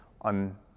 on